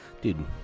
Dude